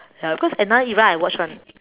ya cause another era I watch [one]